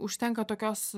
užtenka tokios